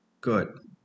good